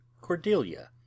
Cordelia